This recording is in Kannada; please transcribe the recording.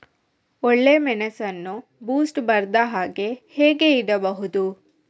ಒಳ್ಳೆಮೆಣಸನ್ನು ಬೂಸ್ಟ್ ಬರ್ದಹಾಗೆ ಹೇಗೆ ಇಡಬಹುದು?